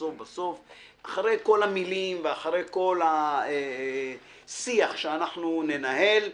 אחרי כל המילים וכל השיח שאנחנו ננהל,